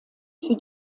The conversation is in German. für